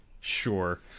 sure